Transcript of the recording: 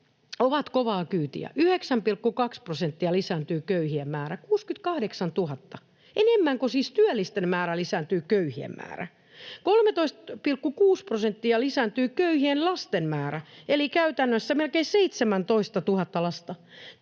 ovat kovaa kyytiä. 9,2 prosenttia lisääntyy köyhien määrä, 68 000. Enemmän kuin siis työllisten määrä lisääntyy köyhien määrä. 13,6 prosenttia lisääntyy köyhien lasten määrä eli käytännössä melkein 17 000 lasta.